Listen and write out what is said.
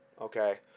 Okay